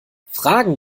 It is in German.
fragen